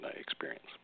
experience